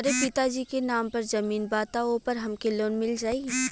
हमरे पिता जी के नाम पर जमीन बा त ओपर हमके लोन मिल जाई?